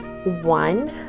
One